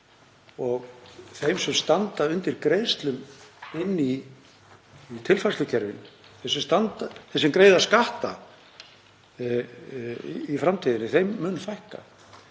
og þeim sem standa undir greiðslum inn í tilfærslukerfin, þeim sem greiða skatta í framtíðinni, mun fækka.